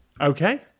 Okay